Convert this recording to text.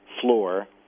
floor